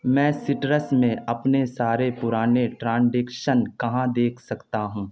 میں سٹرس میں اپنے سارے پرانے ٹرانڈکشن کہاں دیکھ سکتا ہوں